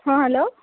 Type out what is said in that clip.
ହଁ ହେଲୋ